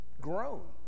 grown